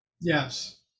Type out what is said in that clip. Yes